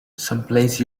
someplace